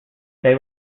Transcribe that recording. they